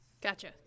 gotcha